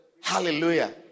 Hallelujah